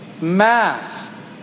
math